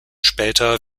später